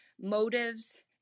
motives